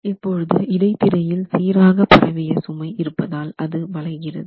இப்பொழுது இடைத்திரையில் சீராக பரவிய சுமை இருப்பதால் அது வளைகிறது